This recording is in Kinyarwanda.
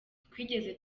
twigeze